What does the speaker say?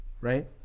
right